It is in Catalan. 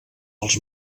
als